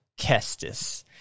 Kestis